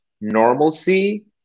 normalcy